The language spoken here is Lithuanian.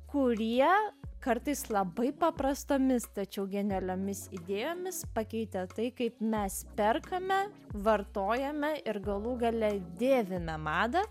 kurie kartais labai paprastomis tačiau genialiomis idėjomis pakeitę tai kaip mes perkame vartojame ir galų gale dėvime madą